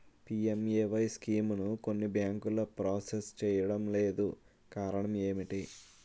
PMAY స్కీమును కొన్ని బ్యాంకులు ప్రాసెస్ చేయడం లేదు కారణం ఏమిటి?